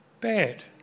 bad